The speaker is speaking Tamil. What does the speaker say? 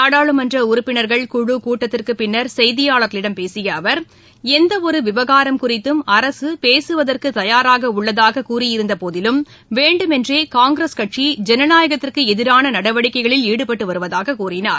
நாடாளுமன்ற உறுப்பினர்கள் குழுக் கூட்டத்திற்குப் பின்னர் செய்தியாளர்களிடம் பேசிய அவர் எந்த ஒரு விவகாரம் குறித்தும் அரசு பேசுவதற்கு தயாராக உள்ளதாக கூறியிருந்த போதிலும் வேண்டும் என்றே காங்கிரஸ் கட்சி ஜனநாயகத்திற்கு எதிரான நடவடிக்கைகளில் ஈடுபட்டு வருவதாக கூறினார்